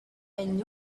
and